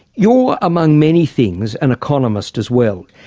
you're among many things, an economist as well.